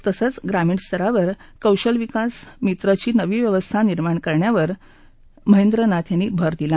तसंच ग्रामीण स्तरावर कौशल विकास मित्रची नवी व्यवस्था निर्माण करण्यावर महेंद्र नाथ यांनी आपल्या भाषणात भर दिला